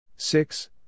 Six